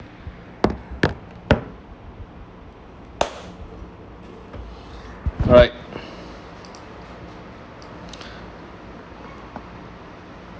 right